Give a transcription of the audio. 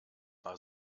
war